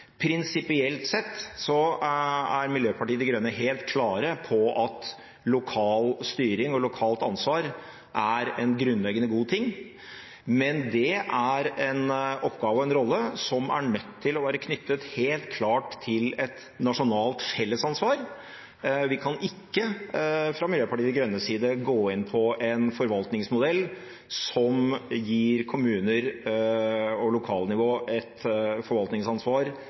Prinsipielt sett er Miljøpartiet De Grønne helt klare på at lokal styring og lokalt ansvar er en grunnleggende god ting, men det er en oppgave og en rolle som er nødt til å være knyttet helt klart til et nasjonalt fellesansvar. Vi kan ikke fra Miljøpartiet De Grønnes side gå inn på en forvaltningsmodell som gir kommuner og lokalnivå et forvaltningsansvar